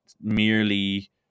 merely